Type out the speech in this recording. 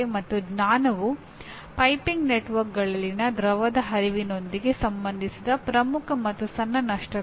ಮತ್ತು ಜ್ಞಾನವು ಪೈಪಿಂಗ್ ನೆಟ್ವರ್ಕ್ಗಳಲ್ಲಿನ ದ್ರವದ ಹರಿವಿನೊಂದಿಗೆ ಸಂಬಂಧಿಸಿದ ಪ್ರಮುಖ ಮತ್ತು ಸಣ್ಣ ನಷ್ಟಗಳು